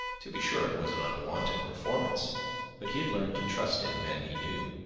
to be sure, it was an unwonted performance but he had learned to trust in men he knew,